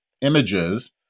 images